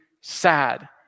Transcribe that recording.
sad